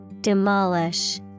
Demolish